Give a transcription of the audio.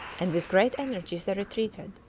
and with great energy they retreated,